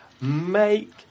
Make